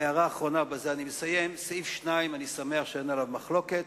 ההערה האחרונה, סעיף 2, אני שמח שאין עליו מחלוקת.